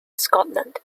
scotland